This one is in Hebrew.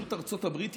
בראשות ארצות הברית,